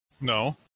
No